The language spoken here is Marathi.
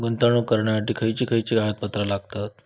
गुंतवणूक करण्यासाठी खयची खयची कागदपत्रा लागतात?